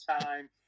time